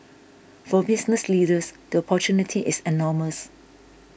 for business leaders the opportunity is enormous